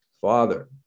father